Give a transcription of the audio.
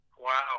Wow